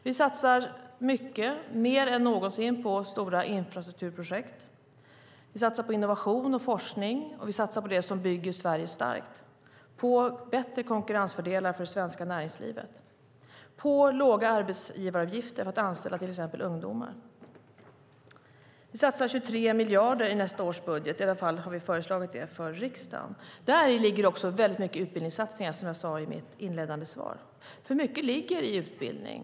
Vi satsar mycket mer än någonsin på stora infrastrukturprojekt, på innovation och forskning, på det som bygger Sverige starkt, på bättre konkurrensfördelar för det svenska näringslivet och på låga arbetsgivaravgifter för att anställa till exempel ungdomar. Vi satsar 23 miljarder i nästa års budget. I alla fall har vi föreslagit det för riksdagen. Däri ligger också väldigt mycket utbildningssatsningar, som jag sade i mitt inledande svar, för mycket ligger i utbildning.